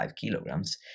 kilograms